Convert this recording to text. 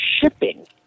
shipping